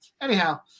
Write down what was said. Anyhow